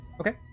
Okay